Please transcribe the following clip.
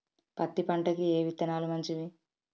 పత్తి పంటకి ఏ విత్తనాలు మంచివి?